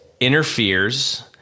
interferes